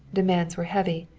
demands were heavy.